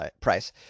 price